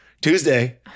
Tuesday